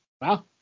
Wow